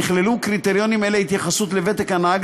יכללו קריטריונים אלה התייחסות לוותק הנהג,